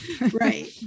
Right